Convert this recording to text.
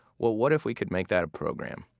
what what if we could make that a program?